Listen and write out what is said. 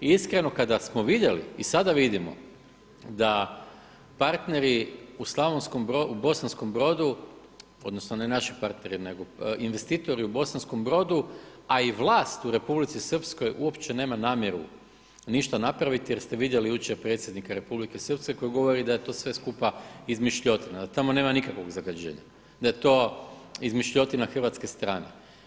I iskreno kada smo vidjeli i sada vidimo da partneri u Bosanskom Brodu odnosno ne naši partneri nego investitori u Bosanskom Brodu a i vlast u Republici Srpskoj uopće nema namjeru ništa napraviti jer ste vidjeli jučer predsjednika Republike Srpske koji govori da je to sve skupa izmišljotina, da tamo nema nikakvog zagađenja, da je to izmišljotina hrvatske strane.